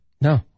No